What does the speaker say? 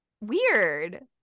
weird